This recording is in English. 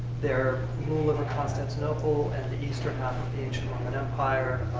their rule of of constantinople and the eastern half of the ancient roman empire?